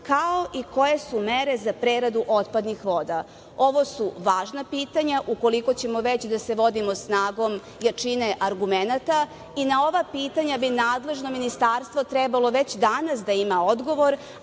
kao i koje su mere za preradu otpadnih voda? Ovo su važna pitanja ukoliko ćemo da se već vodimo snagom jačine argumenta i na ova pitanja bi nadležno ministarstvo već danas da ima odgovor,